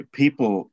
people